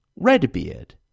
Redbeard